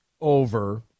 over